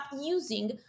using